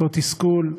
אותו תסכול,